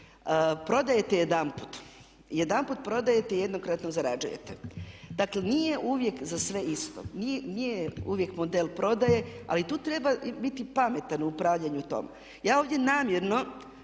Prodajete jedanput, jedanput prodajete, jednokratno zarađujete. Dakle nije uvijek za sve isto, nije uvijek model prodaje, ali tu treba biti pametan u upravljanju tome. Ja ovdje namjerno